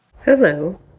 Hello